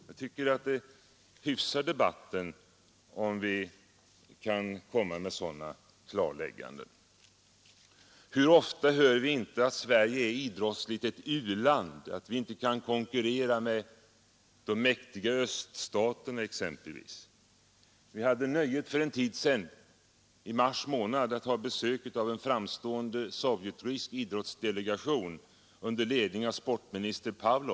Jag tycker att det hyfsar debatten, när vi får höra sådana klarlägganden. Hur ofta hör vi inte att Sverige idrottsligt är ett u-land, att vi inte kan konkurrera med de mäktiga öststaterna t.ex. Vi hade nöjet för en tid sedan, i mars månad, att ha besök av en sovjetrysk idrottsdelegation under ledning av sportministern herr Pavlov.